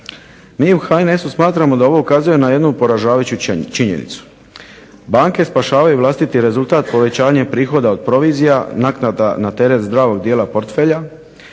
MI u HNS-u smatramo da ovo ukazuje na jednu poražavajuću činjenicu. Banke spašavaju vlastiti rezultat povećanjem prihoda od provizija, naknada na teret zdravog dijela portfelja